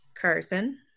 Carson